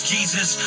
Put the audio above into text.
Jesus